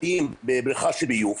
בתים עם בריכה של ביוב.